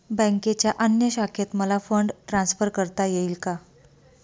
बँकेच्या अन्य शाखेत मला फंड ट्रान्सफर करता येईल का?